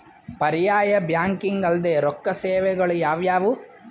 ಪರ್ಯಾಯ ಬ್ಯಾಂಕಿಂಗ್ ಅಲ್ದೇ ರೊಕ್ಕ ಸೇವೆಗಳು ಯಾವ್ಯಾವು?